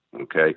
Okay